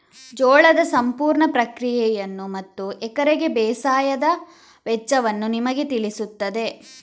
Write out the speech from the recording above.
ಜೋಳದ ಸಂಪೂರ್ಣ ಪ್ರಕ್ರಿಯೆಯನ್ನು ಮತ್ತು ಎಕರೆಗೆ ಬೇಸಾಯದ ವೆಚ್ಚವನ್ನು ನಿಮಗೆ ತಿಳಿಸುತ್ತದೆ